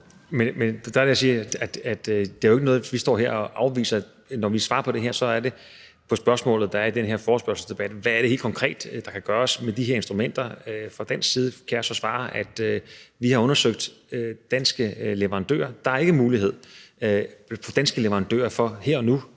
Men der er det, jeg siger, at det jo ikke er noget, vi står her og afviser. Når vi svarer her, er det på spørgsmålet, der er i den her forespørgselsdebat, om, hvad det helt konkret er, der kan gøres med de her instrumenter, og fra dansk side kan jeg så svare, at vi har undersøgt danske leverandører, og der er for danske leverandører ikke